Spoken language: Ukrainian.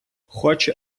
хоче